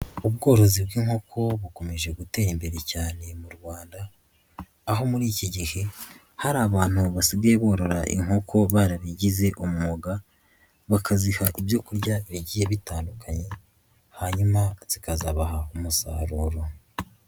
Ubworozi bw'inkoko bukomeje gutera imbere cyane mu Rwanda, aho muri iki gihe hari abantu basigaye borora inkoko barabigize umwuga, bakaziha ku byo kurya bigiye bitandukanye, hanyuma zikazabaha umusaruro.